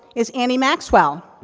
is annie maxwell.